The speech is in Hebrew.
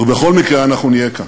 ובכל מקרה אנחנו נהיה כאן.